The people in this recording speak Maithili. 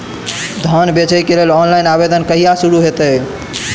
धान बेचै केँ लेल ऑनलाइन आवेदन कहिया शुरू हेतइ?